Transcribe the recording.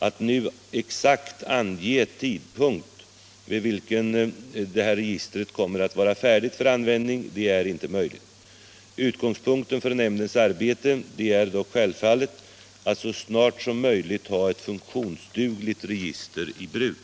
Att nu ange exakt vid vilken tidpunkt registret kommer att vara färdigt för användning är inte möjligt. Utgångspunkten för nämndens arbete är dock självfallet att så snart som möjligt ha ett funktionsdugligt register i bruk.